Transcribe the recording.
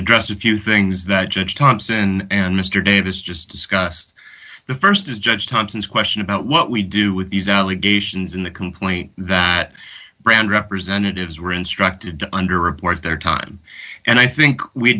address a few things that judge thompson and mr davis just discussed the st is judge thompson's question about what we do with these allegations in the complaint that brand representatives were instructed to under report their time and i think we